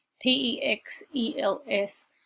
P-E-X-E-L-S